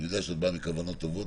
אני יודע שאת באה מכוונות טובות,